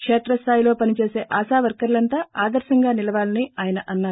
కేత్రస్థాయిలో పనిచేసే ఆశావర్కర్లంతా ఆదర్శంగా నిలవాలని ఆయన అన్నారు